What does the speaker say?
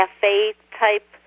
cafe-type